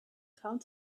kaum